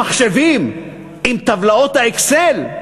המחשבים, עם טבלאות ה"אקסל",